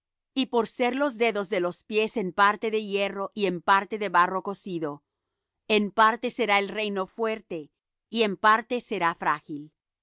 y por ser los dedos de los pies en parte de hierro y en parte de barro cocido en parte será el reino fuerte y en parte será frágil